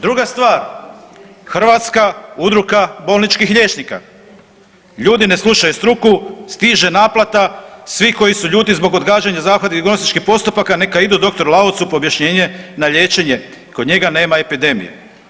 Druga stvar, Hrvatska udruga bolničkih liječnika, ljudi ne slušaju struku, stiže naplata, svi koji su ljuti zbog odgađanja zahvata i dijagnostičkih postupaka neka idu dr. Laucu po objašnjenje na liječenje kod njega nema epidemije.